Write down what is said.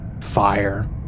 fire